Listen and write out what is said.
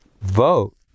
Vote